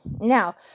Now